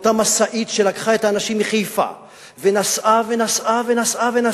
אותה משאית שלקחה את האנשים מחיפה ונסעה ונסעה